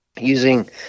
using